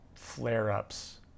flare-ups